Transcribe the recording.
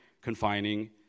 confining